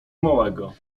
małego